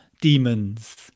demons